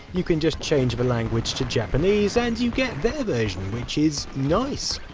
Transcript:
you can just change the language to japanese, and you get their version, which is nice!